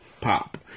pop